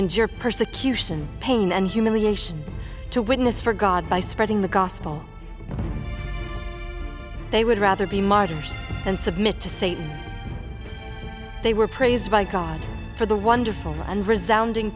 injure persecution pain and humiliation to witness for god by spreading the gospel they would rather be martyrs and submit to say they were praised by god for the wonderful and resounding